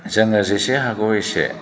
जोङो जेसे हागौ एसे